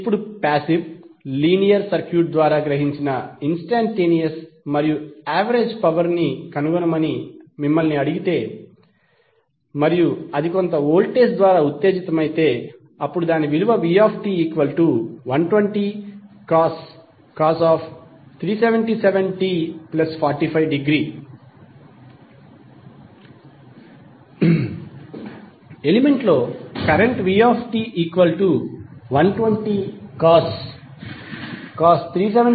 ఇప్పుడు passive linear circuit ద్వారా గ్రహించిన ఇన్స్టంటేనియస్ మరియు యావరేజ్ పవర్ ని కనుగొనమని మిమ్మల్ని అడిగితే మరియు అది కొంత వోల్టేజ్ ద్వారా ఉత్తేజితమైతే vt120cos 377t45° ఎలిమెంట్ లో కరెంట్ vt120cos 377t45° ఆంపియర్